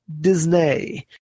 Disney